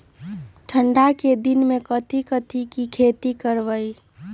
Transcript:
ठंडा के दिन में कथी कथी की खेती करवाई?